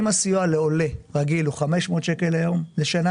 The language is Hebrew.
אם הסיוע לעולה רגיל הוא 500 ₪ לחודש,